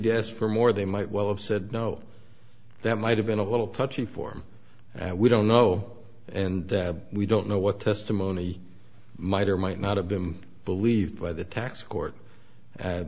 ask for more they might well have said no that might have been a little touchy form and we don't know and we don't know what testimony might or might not have them believe by the tax court